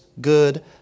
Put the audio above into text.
good